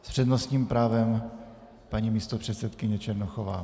S přednostním právem paní místopředsedkyně Černochová.